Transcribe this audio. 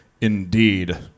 Indeed